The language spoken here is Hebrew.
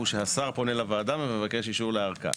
הוא שהשר פונה לוועדה ומבקש אישור לארכה.